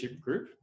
group